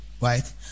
right